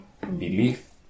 belief